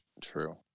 true